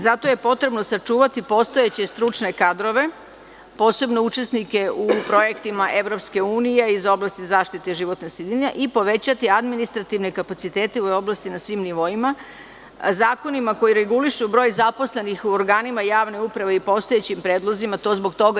Zato je potrebno sačuvati postojeće stručne kadrove, posebno učesnike u projektima EU iz oblasti zaštite životne sredine i povećati administrativne kapacitete u oblasti na svim nivoima zakonima koji regulišu broj zaposlenih u organima javne uprave i postojećim predlozima, a to govorim zbog toga.